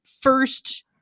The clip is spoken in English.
first